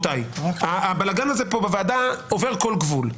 הבלגאן הזה בוועדה עובר כל גבול.